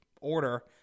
order